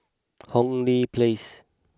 Hong Lee Place